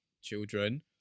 children